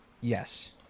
Yes